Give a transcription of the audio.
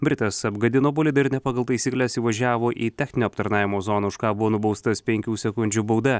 britas apgadino bolidą ir ne pagal taisykles įvažiavo į techninio aptarnavimo zoną už ką buvo nubaustas penkių sekundžių bauda